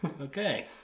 okay